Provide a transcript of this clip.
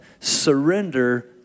Surrender